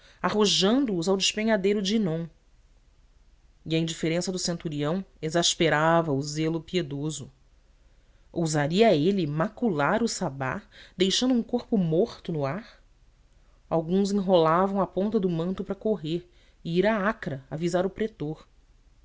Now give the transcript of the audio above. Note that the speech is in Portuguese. ferro arrojando os ao despenhadeiro de hinom e a indiferença do centurião exasperava o zelo piedoso ousaria ele macular o sabá deixando um corpo morto no ar alguns enrolavam a ponta do manto para correr e ir a acra avisar o pretor